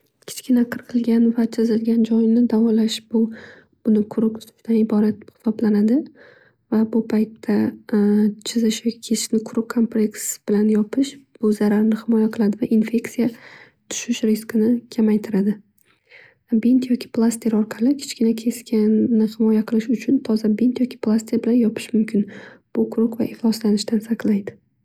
Kichkina chizilgan va qirqilganjouni davolash bu buni quruq tutishdan iborat hisoblanadi. Va bu paytda chizish yoki kesishni quruq kompreks bilan yopish bu zarardan himoya qiladi va infeksiya tushish riskini kamaytiradi. Bint yoki plaster orqali kichkina kesganni himoya qilish uchun toza bint yoki plaster bilan yopish mumkin. Bu quruq va ifloslanishdan saqlaydi.